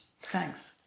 Thanks